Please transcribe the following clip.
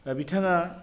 दा बिथाङा